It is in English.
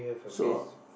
so